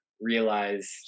realized